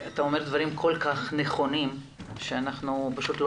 אתה אומר דברים כל כך נכונים שאנחנו פשוט לא